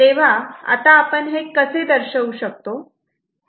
तेव्हा आता आपण हे कसे दर्शवू शकतो